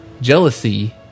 Jealousy